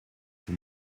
vous